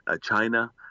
China